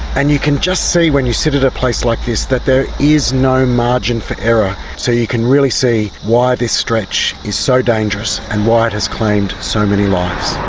and you can just see when you sit at a place like this, that there is no margin for error. so you can really see why this stretch is so dangerous and why it has claimed so many lives.